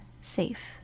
safe